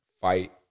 fight